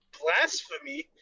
Blasphemy